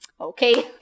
okay